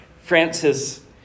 Francis